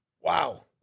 Wow